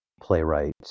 playwright